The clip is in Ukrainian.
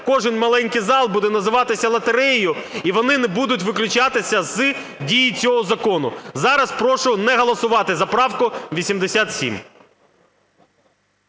кожен маленький зал буде називатися лотереєю, і вони будуть виключатися з дії цього закону. Зараз прошу не голосувати за правку 87.